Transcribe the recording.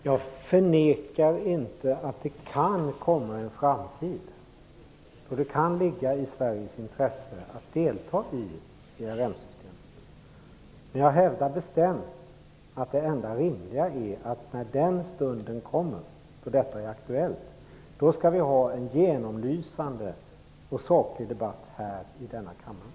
Herr talman! Jag förnekar inte att det kan komma en framtid då det kan ligga i Sveriges intresse att delta i ERM-systemet. Men jag hävdar bestämt att det enda rimliga är att när den stunden kommer då detta är aktuellt, då skall vi ha en genomlysande och saklig debatt här i denna kammare.